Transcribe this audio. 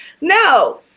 No